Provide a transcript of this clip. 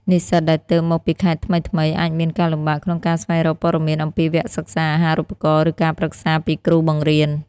និស្សិតដែលទើបមកពីខេត្តថ្មីៗ អាចមានការលំបាកក្នុងការស្វែងរកព័ត៌មានអំពីវគ្គសិក្សា អាហារូបករណ៍ ឬការប្រឹក្សាពីគ្រូបង្រៀន។